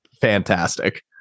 fantastic